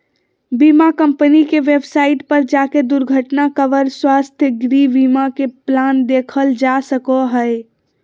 बीमा कम्पनी के वेबसाइट पर जाके दुर्घटना कवर, स्वास्थ्य, गृह बीमा के प्लान देखल जा सको हय